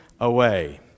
away